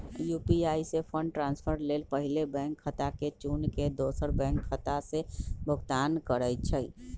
UPI से fund transfer लेल पहिले बैंक खता के चुन के दोसर बैंक खता से भुगतान करइ छइ